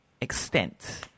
extent